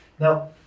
Now